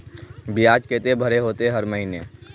बियाज केते भरे होते हर महीना?